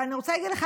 ואני רוצה להגיד לך,